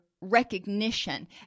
recognition